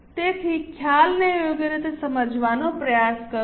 તેથી ખ્યાલને યોગ્ય રીતે સમજવાનો પ્રયાસ કરો